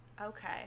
Okay